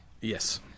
yes